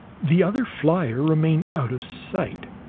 the other flier remained out of sight.